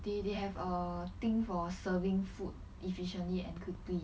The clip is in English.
they they have err thing for serving food efficiently and quickly